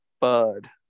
bud